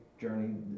journey